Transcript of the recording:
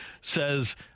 says –